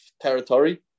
territory